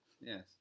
Yes